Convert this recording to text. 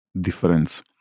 difference